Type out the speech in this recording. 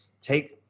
take